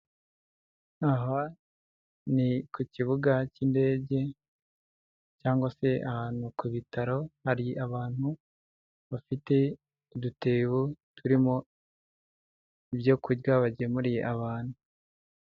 Aha ni ku kibuga cy'indege cyangwa se ahantu ku bitaro, hari abantu bafite udutebo turimo ibyo kurya bagemuriye abantu.